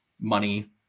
money